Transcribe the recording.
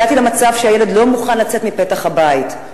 הגעתי למצב שהילד לא מוכן לצאת מפתח הבית,